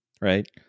right